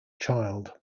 child